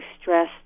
stress